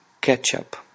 ketchup